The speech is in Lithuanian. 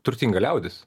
turtinga liaudis